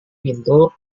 pintu